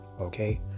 okay